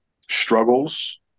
struggles